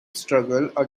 struggle